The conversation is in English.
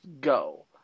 go